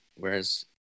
Whereas